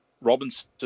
Robinson